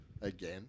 again